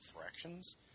fractions